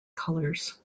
colors